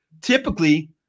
typically